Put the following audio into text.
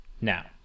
now